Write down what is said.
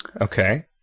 Okay